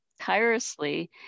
tirelessly